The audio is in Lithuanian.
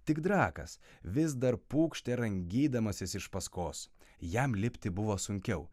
tik drakas vis dar pūkštė rangydamasis iš paskos jam lipti buvo sunkiau